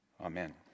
Amen